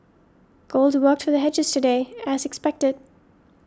gold worked to the hedgers today as expected